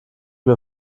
mir